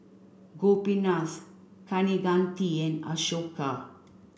Gopinath Kaneganti and Ashoka